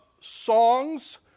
songs